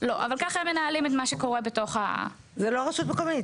אבל ככה הם מנהלים את מה שקורה בתוך ה- זה לא רשות מקומית?